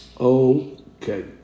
Okay